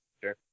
Sure